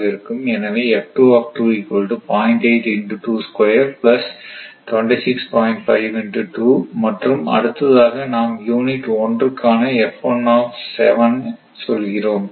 எனவே மற்றும் அடுத்ததாக நாம் யூனிட் 1 க்கான சொல்கிறோம்